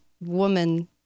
woman